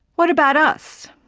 what about us?